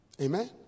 Amen